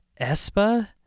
Espa